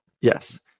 Yes